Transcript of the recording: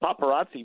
paparazzi